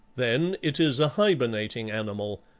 then it is a hibernating animal,